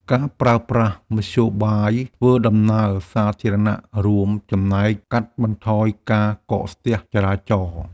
ការប្រើប្រាស់មធ្យោបាយធ្វើដំណើរសាធារណៈ រួមចំណែកកាត់បន្ថយការកកស្ទះចរាចរណ៍។